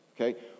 okay